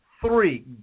three